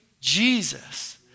Jesus